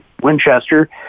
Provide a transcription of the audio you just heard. Winchester